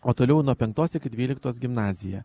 o toliau nuo penktos iki dvyliktos gimnazija